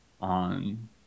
on